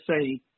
say